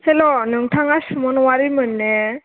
हेल' नोंथाङा सुमन अवारी मोन ने